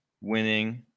winning